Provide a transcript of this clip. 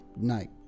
night